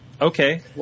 Okay